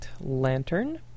lantern